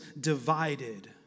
divided